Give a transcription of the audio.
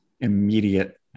immediate